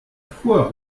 foi